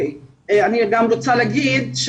אני גם רוצה להגיד,